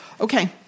okay